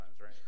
right